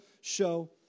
show